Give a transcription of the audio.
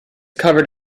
covered